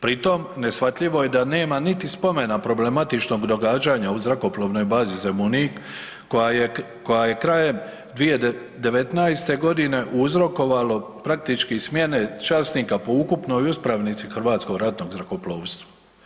Pri tom neshvatljivo je da nema niti spomena problematičnog događanja u zrakoplovnoj bazi Zemunik koja je krajem 2019. godine uzrokovalo praktički smjene časnika po ukupnoj uspravnici Hrvatskog ratnog zrakoplovstva.